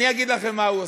אני אגיד לכם מה הוא עושה.